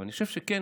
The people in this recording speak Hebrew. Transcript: אני חושב שכן,